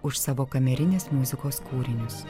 už savo kamerinės muzikos kūrinius